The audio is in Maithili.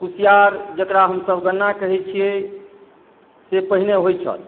कुशियार जकरा हमसभ गन्ना कहैत छियै से पहिने होइत छल